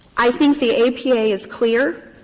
i think the apa is clear.